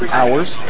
hours